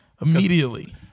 Immediately